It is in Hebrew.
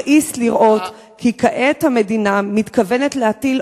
מכעיס לראות כי כעת המדינה מתכוונת להטיל